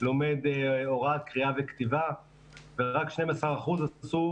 לומד הוראת קריאה וכתיבה ורק 12% עשו